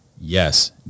Yes